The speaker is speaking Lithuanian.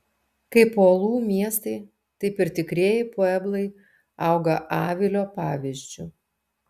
kaip uolų miestai taip ir tikrieji pueblai auga avilio pavyzdžiu